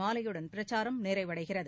மாலையுடன் பிரச்சாரம் நிறைவடைகிறது